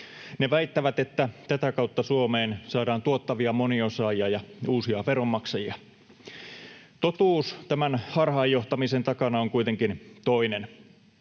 Ne väittävät, että tätä kautta Suomeen saadaan tuottavia moniosaajia ja uusia veronmaksajia. Totuus tämän harhaanjohtamisen takana on kuitenkin toinen.